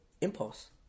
Impulse